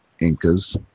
Incas